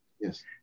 Yes